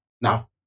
Now